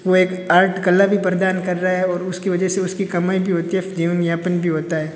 वो एक आर्ट कला भी प्रदान कर रहा है और उसकी वजह से उसकी कमाई भी होती है जीवन यापन भी होता है